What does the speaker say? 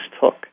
took